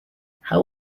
how